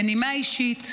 בנימה אישית,